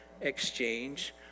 exchange